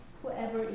whoever